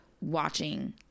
watching